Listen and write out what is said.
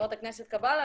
חברת הכנסת קאבלה,